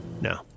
No